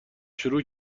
شروع